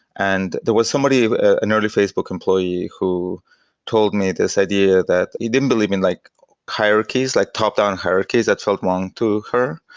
and there was somebody, an early facebook employee who told me this idea that he didn't believe in like hierarchies, like top-down hierarchies, that felt wrong to her.